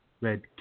red